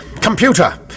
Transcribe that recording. Computer